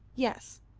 yes,